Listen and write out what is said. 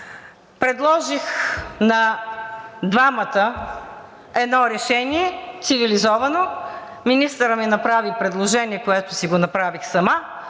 Предложих на двамата едно цивилизовано решение. Министърът ми направи предложение, което си го направих сама,